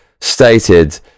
stated